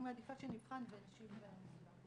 אני מעדיפה שנבחן ונשיב במסודר.